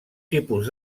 tipus